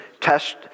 Test